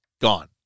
gone